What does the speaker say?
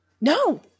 no